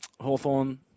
Hawthorne